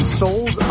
souls